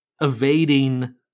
evading